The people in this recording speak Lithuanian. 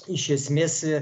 iš esmės